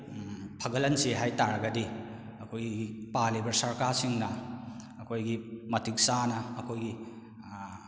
ꯐꯒꯠꯍꯟꯁꯤ ꯍꯥꯏ ꯇꯥꯔꯒꯗꯤ ꯑꯩꯈꯣꯏꯒꯤ ꯄꯥꯜꯂꯤꯕ ꯁꯔꯀꯥꯔꯁꯤꯡꯅ ꯑꯩꯈꯣꯏꯒꯤ ꯃꯇꯤꯛ ꯆꯥꯅ ꯑꯩꯈꯣꯏꯒꯤ